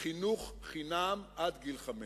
"חינוך חינם עד גיל חמש".